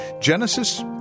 Genesis